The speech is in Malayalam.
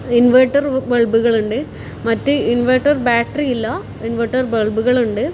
ഇൻവെർട്ടർ ബൾബുകളുണ്ട് മറ്റ് ഇൻവെർട്ടർ ബാറ്ററിയില്ല ഇൻവെർട്ടർ ബൾബുകളുണ്ട്